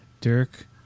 Dirk